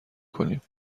کنیم